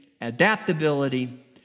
adaptability